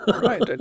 right